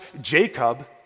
Jacob